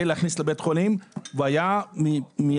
להכניס לבית החולים והוא היה מהפרובוקטורים.